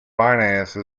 finance